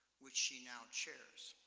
which she now chairs.